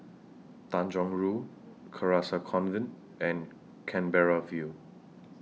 Tanjong Rhu Carcasa Convent and Canberra View